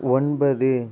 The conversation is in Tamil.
ஒன்பது